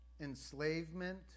Enslavement